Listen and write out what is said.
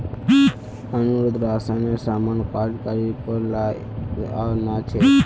अनिरुद्ध राशनेर सामान काठ गाड़ीर पर लादे आ न छेक